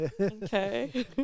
Okay